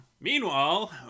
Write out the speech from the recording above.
Meanwhile